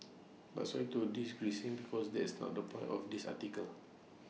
but sorry to digressing because that's not the point of this article